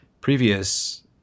previous